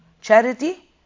charity